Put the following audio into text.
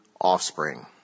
offspring